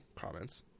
comments